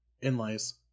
inlays